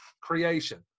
creation